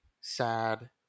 sad